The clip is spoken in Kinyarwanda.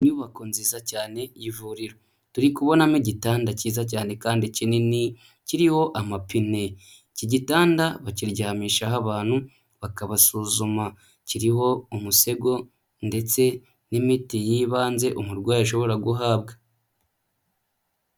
Inyubako nziza cyane y'ivuriro turi kubonamo igitanda cyiza cyane kandi kinini kiriho amapine, iki gitanda bakiryamishaho abantu bakabasuzuma, kiriho umusego ndetse n'imiti y'ibanze umurwayi ashobora guhabwa.